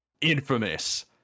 infamous